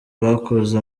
bakoze